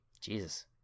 Jesus